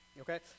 okay